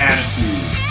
Attitude